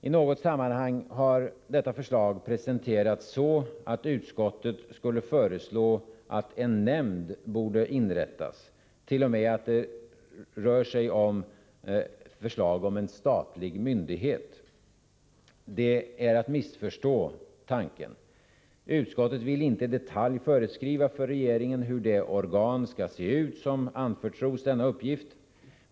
I något sammanhang har detta förslag presenterats så att utskottet skulle föreslå att en nämnd borde inrättas — t.o.m. att det skulle röra sig om en statlig myndighet. Det är att missförstå vårt förslag. Utskottet vill inte i detalj föreskriva för regeringen hur det organ skall se ut som anförtros denna uppgift.